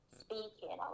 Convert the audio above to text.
speaking